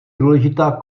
důležitá